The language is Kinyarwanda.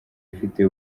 ifite